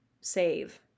save